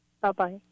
Bye-bye